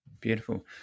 Beautiful